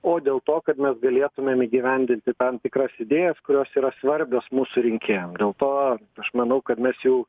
o dėl to kad mes galėtumėm įgyvendinti tam tikras idėjas kurios yra svarbios mūsų rinkėjam dėl to aš manau kad mes jau